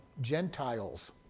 Gentiles